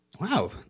wow